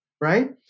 right